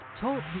Talk